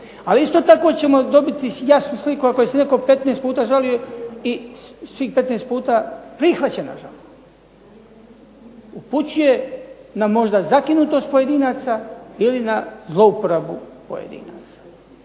Ali isto tako ćemo dobiti jasnu sliku ako je se netko 15 puta žalio i svih 15 puta prihvaćena žalba. Upućuje na možda zakinutost pojedinaca ili na zlouporabu pojedinaca.